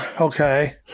okay